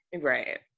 Right